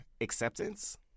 acceptance